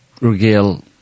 regale